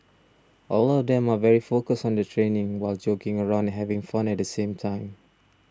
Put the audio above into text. all of them are very focused on their training while joking around and having fun at the same time